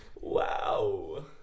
Wow